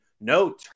No